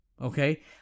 Okay